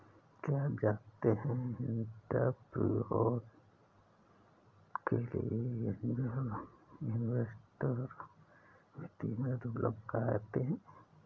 क्या आप जानते है एंटरप्रेन्योर के लिए ऐंजल इन्वेस्टर वित्तीय मदद उपलब्ध कराते हैं?